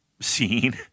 scene